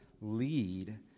lead